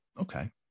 okay